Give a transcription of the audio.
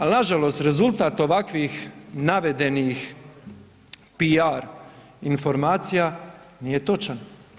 Ali nažalost rezultat ovakvih navedenih PR informacija nije točan.